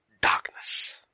Darkness